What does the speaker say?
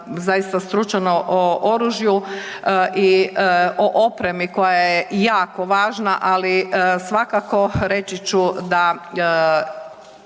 zaista stručno o oružju i o opremi koja je jako važna, ali svakako reći ću da